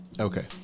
Okay